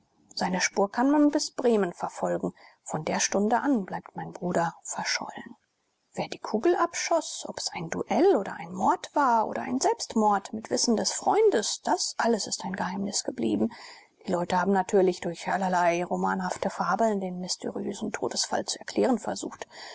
seine spur kann man bis bremen verfolgen von der stunde an bleibt mein bruder verschollen wer die kugel abschoß ob es ein duell oder ein mord war oder ein selbstmord mit wissen des freundes das alles ist ein geheimnis geblieben die leute haben natürlich durch allerlei romanhafte fabeln den mysteriösen todesfall zu erklären versucht